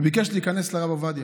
וביקש להיכנס לרב עובדיה.